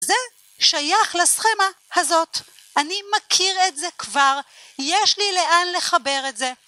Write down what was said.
זה שייך לסכמה הזאת, אני מכיר את זה כבר, יש לי לאן לחבר את זה.